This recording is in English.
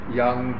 young